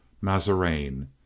Mazarin